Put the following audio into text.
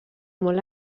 molt